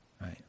right